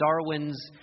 Darwin's